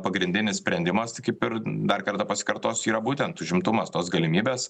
pagrindinis sprendimas kaip ir dar kartą pasikartos yra būtent užimtumas tos galimybės